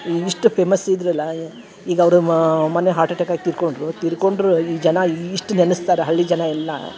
ಇಷ್ಟು ಫೇಮಸ್ ಇದ್ರಲ್ಲಾ ಈಗ ಅವ್ರ ಮೊನ್ನೆ ಹಾರ್ಟ್ ಅಟ್ಯಾಕ್ ಆಗಿ ತೀರ್ಕಂಡರು ತಿರ್ಕೊಂಡರು ಈ ಜನ ಇಷ್ಟು ನೆನ್ಸತಾರಾ ಹಳ್ಳಿ ಜನ ಎಲ್ಲಾ